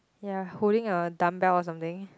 ya holding a dumbbell or something